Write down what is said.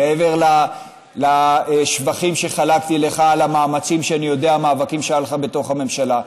מעבר לשבחים שחלקתי לך על המאמצים שאני יודע שהיו לך בתוך הממשלה,